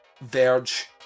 Verge